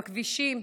בכבישים,